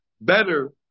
better